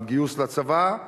גם בגיוס לצבא,